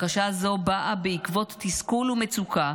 בקשה זו באה בעקבות תסכול ומצוקה